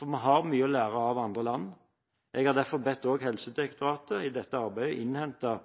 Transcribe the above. Vi har mye å lære av andre land. Jeg har derfor bedt Helsedirektoratet i dette arbeidet innhente kunnskap fra bl.a. Danmark og Storbritannia, som har bred erfaring med å